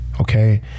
okay